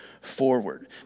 forward